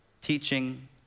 teaching